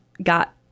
got